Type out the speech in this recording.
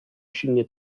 silnie